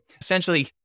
Essentially